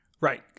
Right